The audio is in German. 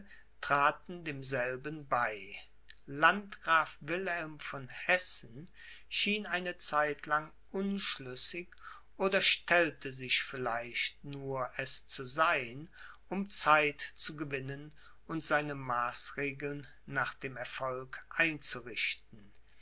traten demselben bei landgraf wilhelm von hessen schien eine zeit lang unschlüssig oder stellte sich vielleicht nur es zu sein um zeit zu gewinnen und seine maßregeln nach dem erfolg einzurichten